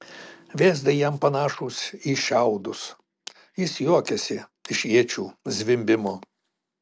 vėzdai jam panašūs į šiaudus jis juokiasi iš iečių zvimbimo